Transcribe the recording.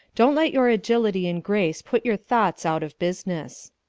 don't let your agility and grace put your thoughts out of business.